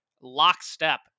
lockstep